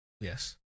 Yes